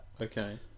Okay